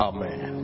Amen